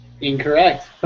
Incorrect